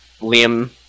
Liam